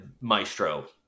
Maestro